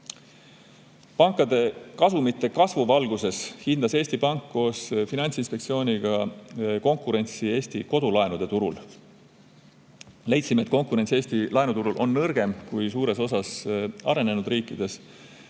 Pankade kasumite kasvu valguses hindas Eesti Pank koos Finantsinspektsiooniga konkurentsi Eesti kodulaenuturul. Leidsime, et konkurents Eesti laenuturul on nõrgem kui suures osas arenenud riikides